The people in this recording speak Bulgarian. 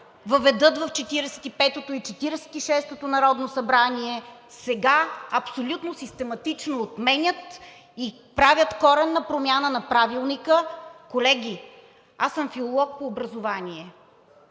и Четиридесет и шестото народно събрание, сега абсолютно систематично отменят и правят коренна промяна на Правилника! Колеги, аз съм филолог по образование.